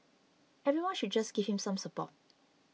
everybody should just give him some support